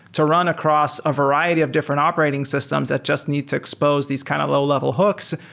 to run across a variety of different operating systems that just need to expose these kind of low-level hooks.